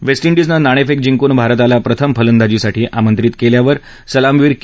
waste इंडिजनं नाणेफेक जिंकून भारताला प्रथम फलंदाजीसाठी आमंत्रित केल्यावर सलामीवीर के